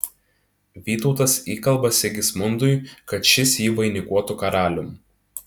vytautas įkalba sigismundui kad šis jį vainikuotų karalium